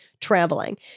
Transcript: traveling